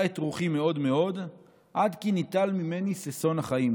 את רוחי מאוד מאוד עד כי ניטל ממני ששון החיים",